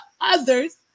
others